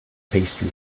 pastry